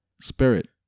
spirit